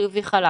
חיובי-חלש.